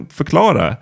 förklara